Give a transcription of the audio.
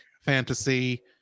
fantasy